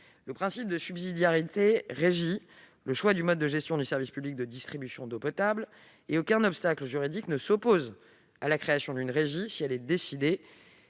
Le principe de subsidiarité régit le choix du mode de gestion du service public de distribution d'eau potable, et aucun obstacle juridique ne s'oppose à la création d'une régie si elle est décidée